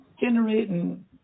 generating